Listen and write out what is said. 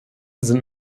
sind